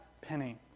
penny